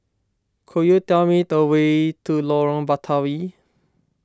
could you tell me the way to Lorong Batawi